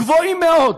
הם גבוהים מאוד.